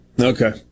Okay